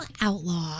Outlaw